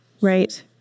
Right